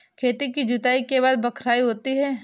खेती की जुताई के बाद बख्राई होती हैं?